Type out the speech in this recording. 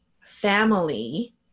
family